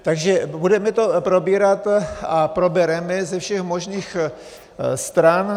Takže budeme to probírat a probereme ze všech možných stran.